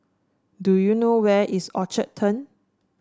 do you know where is Orchard Turn